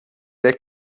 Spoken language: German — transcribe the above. der